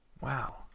wow